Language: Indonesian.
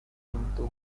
pintu